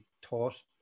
taught